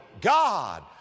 God